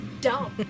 dumb